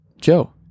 Joe